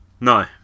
No